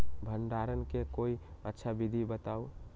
भंडारण के कोई अच्छा विधि बताउ?